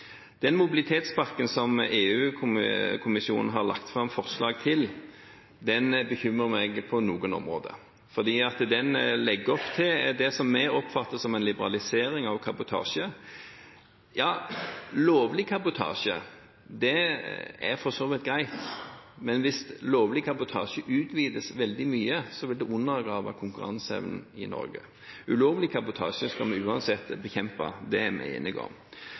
Den mobilitetspakken som EU-kommisjonen har lagt fram forslag om, bekymrer meg på noen områder, fordi den legger opp til det som vi oppfatter som en liberalisering av kabotasje. Ja, lovlig kabotasje er for så vidt greit. Men hvis lovlig kabotasje utvides veldig mye, vil det undergrave konkurranseevnen i Norge. Ulovlig kabotasje skal vi uansett bekjempe. Det er vi enige om.